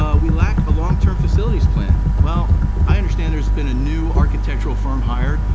um we lack a longterm facilities plan. well, i understand there's been a new architectural firm hired,